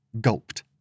gulped